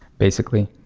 basically,